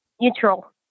neutral